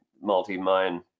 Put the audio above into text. multi-mine